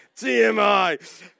TMI